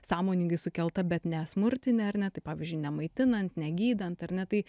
sąmoningai sukelta bet nesmurtinė ar ne tai pavyzdžiui nemaitinant negydant ar ne tai